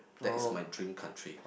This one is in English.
that is my dream country